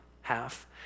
half